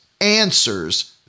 answers